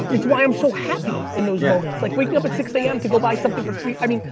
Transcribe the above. it's why i'm so happy in those. yeah um it's like waking up at six a m. to go buy something for three. i mean,